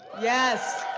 yes,